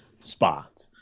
spot